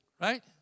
Right